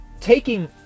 Taking